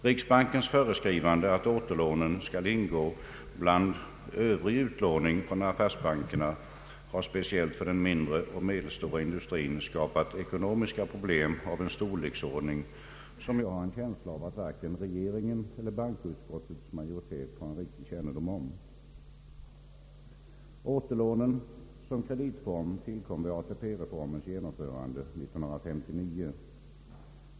Riksbankens föreskrift att återlånen skall ingå bland ”övrig utlåning” från affärsbankerna har speciellt för den mindre och medelstora industrin skapat ekonomiska probelm av en storleksordning, som jag har en känsla av att varken regeringen eller bankout skottets majoritet har riktig kännedom om. Återlånen som kreditform tillkom vid ATP:s genomförande 1959.